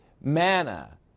Manna